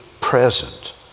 present